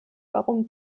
warum